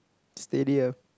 steady eh